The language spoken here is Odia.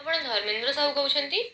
ଆପଣ ଧର୍ମେନ୍ଦ୍ର ସାହୁ କହୁଛନ୍ତି